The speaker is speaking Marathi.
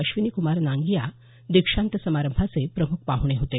अश्विनीक्मार नांगिया दीक्षांत समारंभाचे प्रमुख पाहणे होते